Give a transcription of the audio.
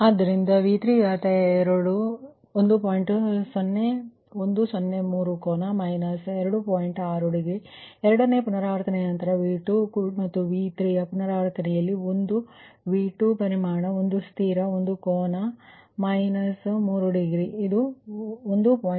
ಆದ್ದರಿಂದ ಎರಡನೇ ಪುನರಾವರ್ತನೆಯ ನಂತರ V2 ಮತ್ತು V3 ಎರಡನೇ ಪುನರಾವರ್ತನೆಯಲ್ಲಿ ಅದರ 1 V2 ಪರಿಮಾಣ ಸ್ಥಿರ 1 ಕೋನ 0 ಮೈನಸ್ 3 ಡಿಗ್ರಿ ಮತ್ತು ಇದು ಒಂದು 1